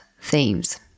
themes